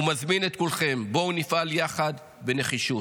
בואו נפעל יחד בנחישות,